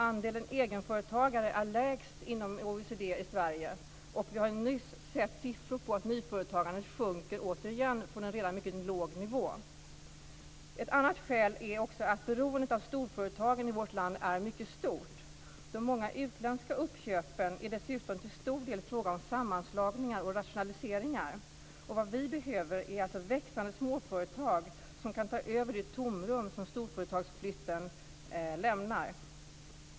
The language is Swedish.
Andelen egenföretagare inom OECD är lägst i Sverige, och vi har nyligen sett siffror på att nyföretagandet återigen sjunker från en redan mycket låg nivå. Ett annat skäl är att beroendet av storföretagen i vårt land är mycket stort. De många utländska uppköpen är dessutom till stor del fråga om sammanslagningar och rationaliseringar. Vad vi behöver är alltså växande småföretag som kan ta över det tomrum som storföretagsflytten lämnar.